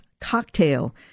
cocktail